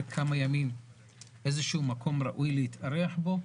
כמה ימים תהיה אפשרות למקום ראוי להתארח בו,